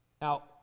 Now